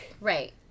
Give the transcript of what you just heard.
Right